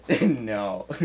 No